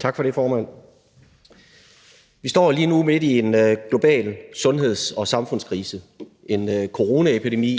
Tak for det, formand. Vi står lige nu midt i en global sundheds- og samfundskrise, en coronaepidemi,